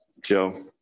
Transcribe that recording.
Joe